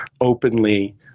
openly